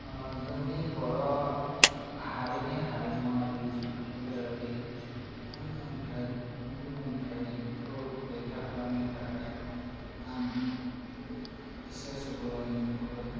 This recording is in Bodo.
ओह जोंनि बर' हारिनि हारिमुवारि फोलेरारि उन मोनथाइ उन मोनथाइखौ रैखा खालामनो थाखाय आं ओह एसे सुबुरुन होगोन